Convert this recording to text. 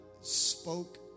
spoke